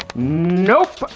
nope.